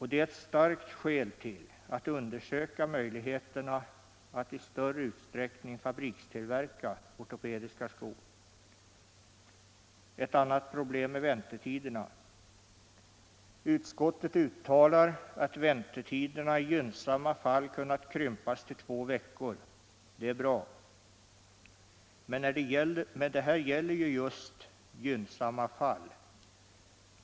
Det är ett starkt skäl till att undersöka möjligheterna att i större utsträckning fabrikstillverka ortopediska skor. Ett annat problem är väntetiderna. Utskottet uttalar att väntetiderna i gynnsamma fall har kunnat krympas till två veckor. Det är bra, men det gäller just gynnsamma fall.